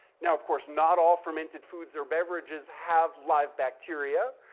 now, of course, not all fermented foods or beverages have live bacteria.